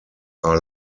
are